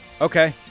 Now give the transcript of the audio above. Okay